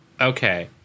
Okay